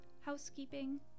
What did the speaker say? housekeeping